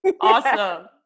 Awesome